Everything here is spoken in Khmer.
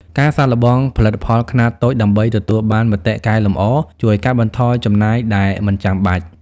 ការសាកល្បងផលិតផលខ្នាតតូចដើម្បីទទួលបានមតិកែលម្អជួយកាត់បន្ថយចំណាយដែលមិនចាំបាច់។